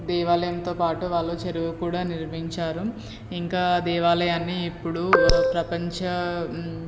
దేవాలయంతో పాటు వాళ్ళు చెరువు కూడా నిర్మించారు ఇంకా దేవాలయాన్ని ఇప్పుడు ప్రపంచ